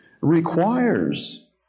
requires